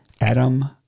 Adam